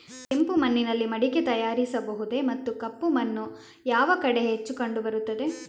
ಕೆಂಪು ಮಣ್ಣಿನಲ್ಲಿ ಮಡಿಕೆ ತಯಾರಿಸಬಹುದೇ ಮತ್ತು ಕಪ್ಪು ಮಣ್ಣು ಯಾವ ಕಡೆ ಹೆಚ್ಚು ಕಂಡುಬರುತ್ತದೆ?